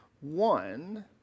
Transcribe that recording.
One